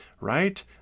right